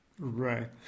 Right